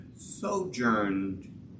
sojourned